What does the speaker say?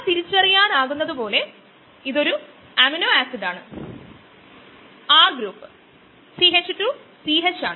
നേരത്തെ സൂചിപ്പിച്ചതുപോലെ vm അതേപടി നിലനിൽക്കുന്നു അതിനാൽ Km മാറുന്നു